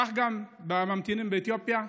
כך גם לממתינים באתיופיה.